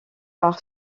par